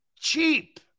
cheap